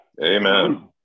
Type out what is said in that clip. Amen